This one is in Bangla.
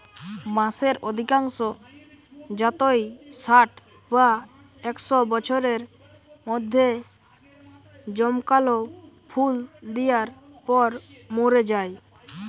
বাঁশের অধিকাংশ জাতই ষাট বা একশ বছরের মধ্যে জমকালো ফুল দিয়ার পর মোরে যায়